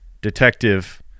Detective